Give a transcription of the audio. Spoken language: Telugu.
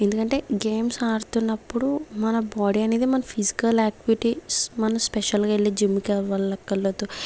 ఎందుకంటే గేమ్స్ ఆడుతున్నప్పుడు మన బాడీ అనేది మన ఫిజికల్ ఆక్టివిటీస్ మన స్పెషల్ గా వెళ్ళి జిమ్ కి వెళ్ళక్కర్లేదు